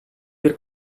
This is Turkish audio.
bir